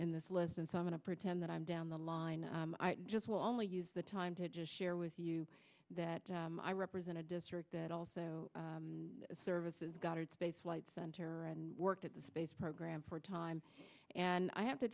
in this lesson so i'm going to pretend that i'm down the line and i just well i use the time to just share with you that i represent a district that also services goddard space flight center and worked at the space program for a time and i have to